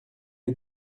est